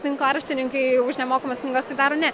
tinklaraštininkai už nemokamas knygas tai daro ne